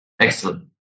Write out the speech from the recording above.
Excellent